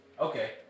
Okay